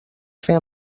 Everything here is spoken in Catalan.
fer